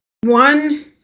one